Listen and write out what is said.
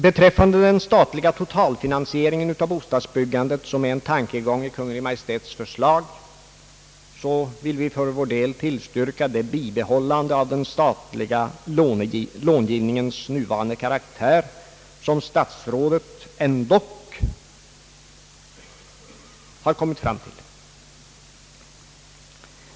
Beträffande den statliga totalfinansieringen av bostadsbyggandet, som är en tankegång i Kungl. Maj:ts förslag, vill vi för vår del tillstyrka det vidhållande av den statliga lånegivningens nuvarande karaktär som statsrådet ändock har kommit fram till.